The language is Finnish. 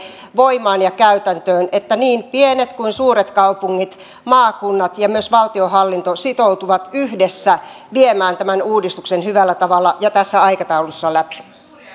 voimaan ja käytäntöön niin että niin pienet kuin suuret kaupungit maakunnat ja myös valtionhallinto sitoutuvat yhdessä viemään tämän uudistuksen hyvällä tavalla ja tässä aikataulussa läpi